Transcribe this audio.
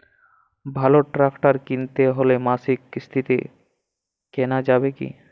ভালো ট্রাক্টর কিনতে হলে মাসিক কিস্তিতে কেনা যাবে কি?